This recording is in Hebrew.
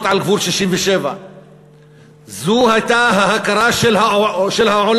על גבול 67'. זו הייתה ההכרה של העולם,